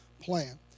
plan